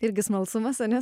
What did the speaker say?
irgi smalsumas a ne